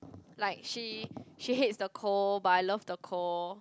like she she hates the cold but I love the cold